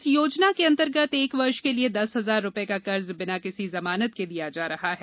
इस योजना के अंतर्गत एक वर्ष के लिए दस हजार रूपये का कर्ज बिना किसी जमानत के दिया जा रहा है